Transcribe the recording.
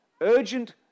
urgent